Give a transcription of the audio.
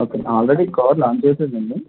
okay అండి already car launch చేశారా అండి